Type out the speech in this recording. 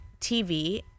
TV